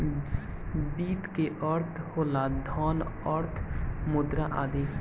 वित्त के अर्थ होला धन, अर्थ, मुद्रा आदि